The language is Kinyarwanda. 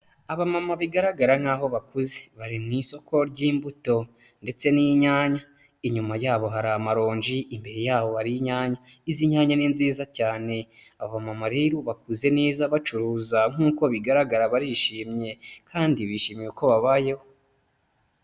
Abamama bigaragara nk'aho bakuze, bari mu isoko ry'imbuto ndetse n'inyanya. Inyuma yabo hari amaronji, imbere yabo hari inyanya. Izi nyanya ni nziza cyane. Abamama rero bakuze neza bacuruza nk'uko bigaragara barishimye kandi bishimiye uko babayeho.